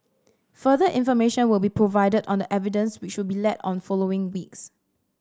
further information will be provided on the evidence which will be led on following weeks